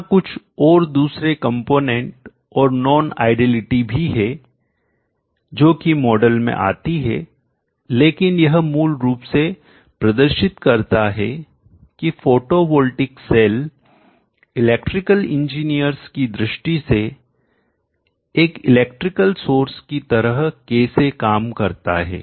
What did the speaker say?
यहां कुछ और दूसरे कंपोनेंट और नोन आइडियलिटी भी है जो कि मॉडल में आती है लेकिन यह मूल रूप से प्रदर्शित करता है कि फोटोवॉल्टिक सेल इलेक्ट्रिकल इंजिनियर्स की दृष्टि से एक इलेक्ट्रिकल सोर्स की तरह कैसे काम करता है